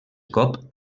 cop